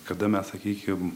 kada mes sakykim